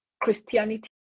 christianity